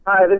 Hi